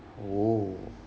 oh